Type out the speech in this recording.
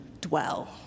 dwell